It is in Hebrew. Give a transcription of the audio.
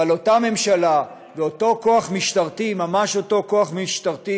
אבל אותה ממשלה ואותו כוח משטרתי הוא ממש אותו כוח משטרתי